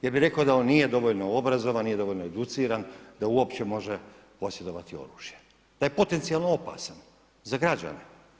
Ja bih rekao da on nije dovoljno obrazovan, nije dovoljno educiran da uopće može posjedovati oružje, da je potencijalno opasan za građane.